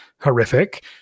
horrific